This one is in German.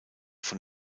von